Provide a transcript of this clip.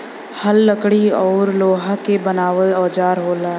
हल लकड़ी औरु लोहा क बनावल औजार होला